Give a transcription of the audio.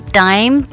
time